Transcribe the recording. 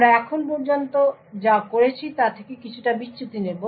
আমরা এখন পর্যন্ত যা করেছি তা থেকে কিছুটা বিচ্যুতি নেব